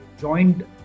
joined